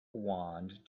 wand